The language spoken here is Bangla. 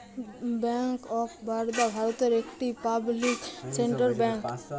ব্যাঙ্ক অফ বারদা ভারতের একটি পাবলিক সেক্টর ব্যাঙ্ক